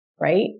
right